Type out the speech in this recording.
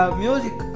music